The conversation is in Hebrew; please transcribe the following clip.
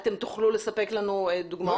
אתם תוכלו לספק לנו דוגמאות?